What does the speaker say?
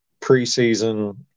preseason